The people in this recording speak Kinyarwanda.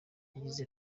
yagize